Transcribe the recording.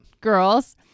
...girls